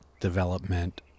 Development